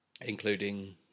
including